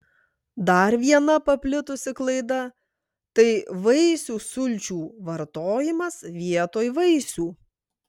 dar viena paplitusi klaida tai vaisių sulčių vartojimas vietoj vaisių